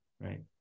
right